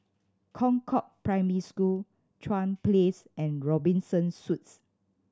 Concord Primary School Chuan Place and Robinson Suites